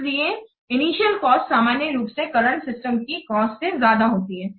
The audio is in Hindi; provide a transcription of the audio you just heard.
इसलिए इनिशियल कॉस्ट सामान्य रूप से करंट सिस्टम की कॉस्ट से ज्यादा होती है